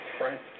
Right